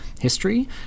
history